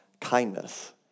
kindness